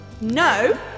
No